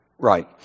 Right